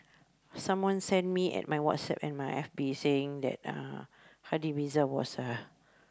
someone send me at my WhatsApp and my F_B saying that uh Hady-Mirza was a